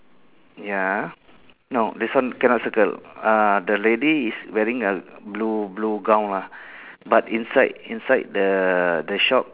ya no this one cannot circle uh the lady is wearing a blue blue gown ah but inside inside the the shop